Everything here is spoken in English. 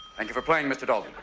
thank you for playing, mr. dalton.